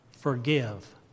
Forgive